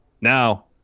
Now